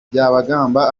byabagamba